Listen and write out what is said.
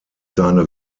seine